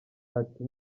ati